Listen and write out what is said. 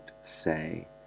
say